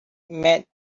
met